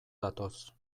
datoz